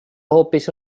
hoopis